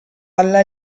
alla